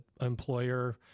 employer